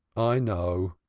i know.